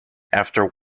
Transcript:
after